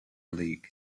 league